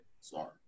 Sorry